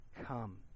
come